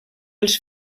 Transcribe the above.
els